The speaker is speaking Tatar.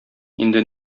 инде